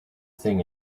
thing